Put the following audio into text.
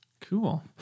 cool